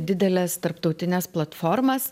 dideles tarptautines platformas